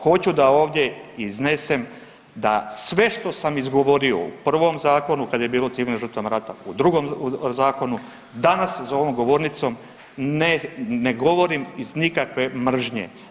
Hoću da ovdje iznesem da sve što sam izgovorio u prvom zakonu kad je bilo o civilnim žrtvama rata, u drugom zakonu, danas za ovom govornicom ne govorim iz nikakve mržnje.